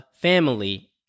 family